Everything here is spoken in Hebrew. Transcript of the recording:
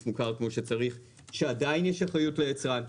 מוכר כמו שצריך שעדיין יש אחריות ליצרן,